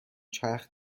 چرخ